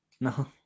No